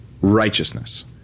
righteousness